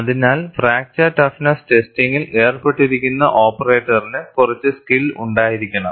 അതിനാൽ fracture toughness ടെസ്റ്റിംഗിൽ ഏർപ്പെട്ടിരിക്കുന്ന ഓപ്പറേറ്ററിന് കുറച്ച് സ്കിൽ ഉണ്ടായിരിക്കണം